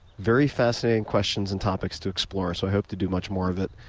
very fascinating questions and topics to explore. so i hope to do much more of it,